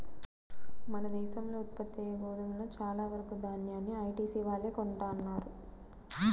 మన దేశంలో ఉత్పత్తయ్యే గోధుమలో చాలా వరకు దాన్యాన్ని ఐటీసీ వాళ్ళే కొంటన్నారు